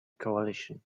coalition